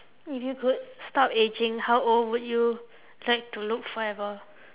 if you could stop ageing how old would you like to look forever